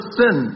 sin